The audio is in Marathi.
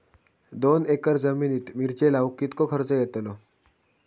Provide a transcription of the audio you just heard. दोन एकर जमिनीत मिरचे लाऊक कितको खर्च यातलो?